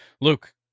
Luke